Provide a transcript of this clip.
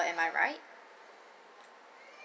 am I right